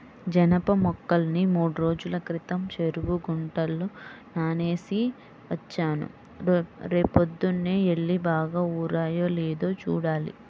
జనప మొక్కల్ని మూడ్రోజుల క్రితం చెరువు గుంటలో నానేసి వచ్చాను, రేపొద్దన్నే యెల్లి బాగా ఊరాయో లేదో చూడాలి